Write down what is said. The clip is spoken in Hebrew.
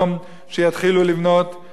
לא ממוגן, אבל לפחות בתים.